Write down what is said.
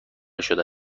شده